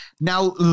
now